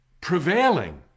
prevailing